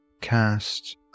cast